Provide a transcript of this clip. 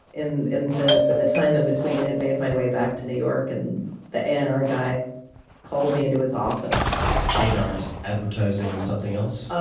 in in the but the time in between, had made my way back to new york. and the a and r guy called me into his office. a and r is advertising and something else?